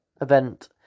event